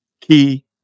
key